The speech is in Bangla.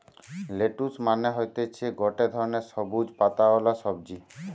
লেটুস মানে হতিছে গটে ধরণের সবুজ পাতাওয়ালা সবজি